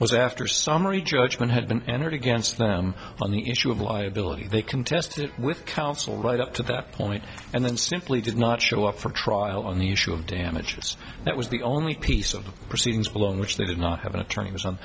was after summary judgment had been entered against them on the issue of liability they contested with counsel right up to that point and then simply did not show up for trial on the issue of damages that was the only piece of the proceedings along which they did not have an attorney was on